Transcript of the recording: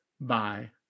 Bye